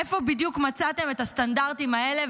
איפה בדיוק מצאתם את הסטנדרטים האלה,